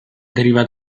deriva